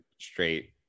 straight